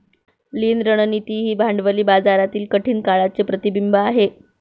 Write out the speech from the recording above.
लीन रणनीती ही भांडवली बाजारातील कठीण काळाचे प्रतिबिंब आहे